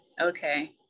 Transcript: Okay